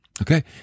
Okay